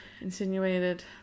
insinuated